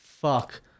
fuck